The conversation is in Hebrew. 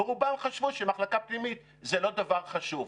ורובם חשבו שמחלקה פנימית זה לא דבר חשוב.